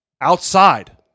outside